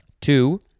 Two